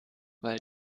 weil